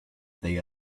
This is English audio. they